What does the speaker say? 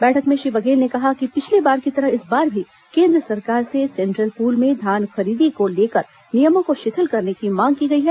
बैठक में श्री बघेल ने कहा कि पिछली बार की तरह इस बार भी केन्द्र सरकार से सेंट्रल पूल में धान खरीदी को लेकर नियमों को शिथिल करने की मांग की गई है